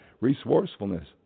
resourcefulness